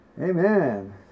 Amen